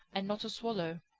and not a swallow.